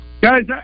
Guys